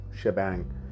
shebang